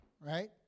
right